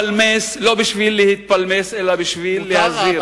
להתפלמס, אלא בשביל להזהיר.